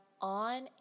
on